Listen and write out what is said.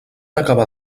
acabar